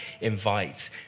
invite